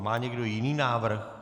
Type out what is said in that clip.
Má někdo jiný návrh?